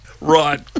Right